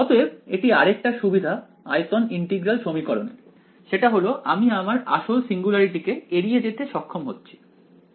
অতএব এটি আরেকটা সুবিধা আয়তন ইন্টিগ্রাল সমীকরণের সেটা হল আমি আমার আসল সিঙ্গুলারিটি কে এড়িয়ে যেতে সক্ষম হচ্ছি